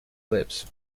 clips